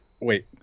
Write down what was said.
Wait